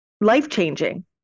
life-changing